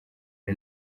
ari